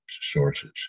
sources